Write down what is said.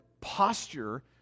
posture